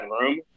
room